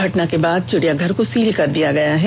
घटना के बाद चिड़ियाघर को सीले कर दिया गया है